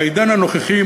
בעידן הנוכחי,